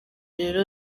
rero